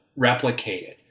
replicated